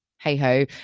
hey-ho